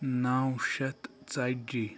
نَو شیٚتھ ژَتجی